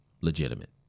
legitimate